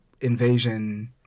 invasion